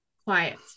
quiet